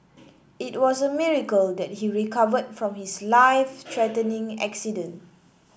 it was a miracle that he recovered from his life threatening accident